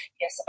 yes